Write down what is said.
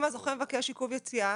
אם הזוכה מבקש עיכוב יציאה,